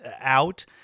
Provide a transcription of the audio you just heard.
out